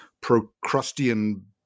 Procrustean